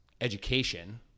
education